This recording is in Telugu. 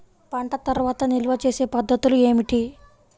పంట తర్వాత నిల్వ చేసే పద్ధతులు ఏమిటి?